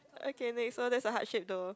okay next so that's a heart shape though